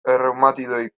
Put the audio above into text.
erreumatoideak